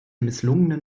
misslungenen